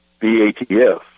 BATF